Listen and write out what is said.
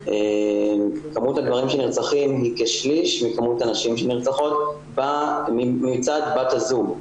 כמות הגברים שנרצחים היא כשליש מכמות הנשים שנרצחות מצד בת הזוג.